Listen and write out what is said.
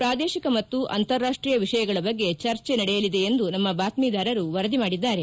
ಪ್ರಾದೇಶಿಕ ಮತ್ತು ಅಂತರಾಷ್ಷೀಯ ವಿಷಯಗಳ ಬಗ್ಗೆ ಚರ್ಚೆ ನಡೆಯಲಿದೆ ಎಂದು ನಮ್ಮ ಭಾತ್ಟೀದಾರರು ವರದಿ ಮಾಡಿದ್ದಾರೆ